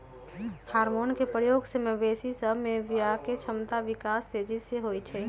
hormone के प्रयोग से मवेशी सभ में बियायके क्षमता विकास तेजी से होइ छइ